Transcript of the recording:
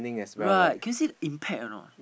right can you see the impact or not